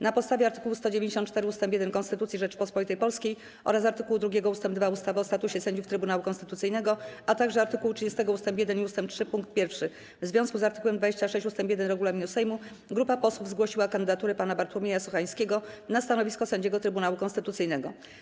Na podstawie art. 194 ust. 1 Konstytucji Rzeczypospolitej Polskiej oraz art. 2 ust. 2 ustawy o statusie sędziów Trybunału Konstytucyjnego, a także art. 30 ust. 1 i ust. 3 pkt 1 w związku z art. 26 ust. 1 regulaminu Sejmu grupa posłów zgłosiła kandydaturę pana Bartłomieja Sochańskiego na stanowisko sędziego Trybunału Konstytucyjnego.